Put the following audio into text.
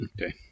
Okay